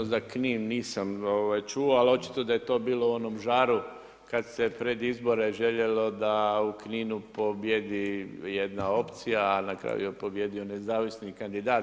Za Knin nisam čuo, ali očito da je to bilo u onom žaru kad se pred izbore željelo da u Kninu pobijedi jedna opcija, a na kraju je pobijedio nezavisni kandidat.